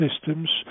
systems